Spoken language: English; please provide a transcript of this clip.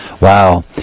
Wow